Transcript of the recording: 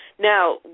Now